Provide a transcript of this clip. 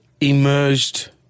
emerged